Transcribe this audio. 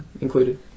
included